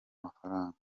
amafaranga